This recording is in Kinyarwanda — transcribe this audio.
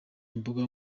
imbuga